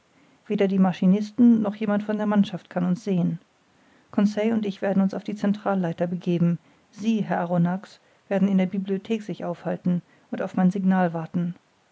weder die maschinisten noch jemand von der mannschaft kann uns sehen conseil und ich werden uns auf die centralleiter begeben sie herr arronax werden in der bibliothek sich aufhalten und auf mein signal warten